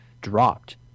dropped